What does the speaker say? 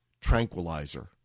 tranquilizer